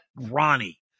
Ronnie